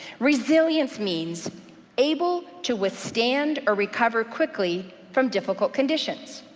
resilience means able to withstand or recover quickly from difficult conditions.